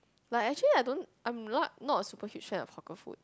like actually I don't I'm lah not a super huge fan of hawker food